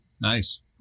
Nice